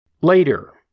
Later